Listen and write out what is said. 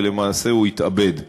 ולמעשה הוא התאבד.